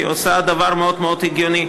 כי היא עושה דבר מאוד מאוד הגיוני: